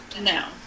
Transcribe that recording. No